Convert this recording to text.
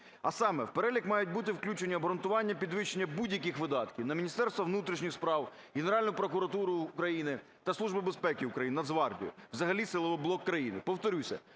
А саме: в перелік мають бути включені обґрунтування підвищення будь-яких видатків: на Міністерство внутрішніх справ, Генеральну прокуратуру України та Службу безпеки України, Нацгвардію, взагалі силовий блок країни. Повторюся,